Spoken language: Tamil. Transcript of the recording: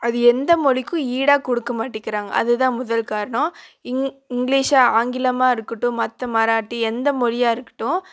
அது எந்த மொழிக்கும் ஈடாக கொடுக்க மாட்டுக்கிறாங்க அதுதான் முதல் காரணம் இங் இங்கிலீஷாக ஆங்கிலமாக இருக்கட்டும் மற்ற மராட்டி எந்த மொழியாக இருக்கட்டும்